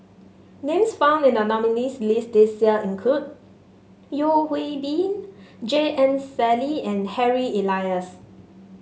names found in the nominees' list this year include Yeo Hwee Bin J M Sali and Harry Elias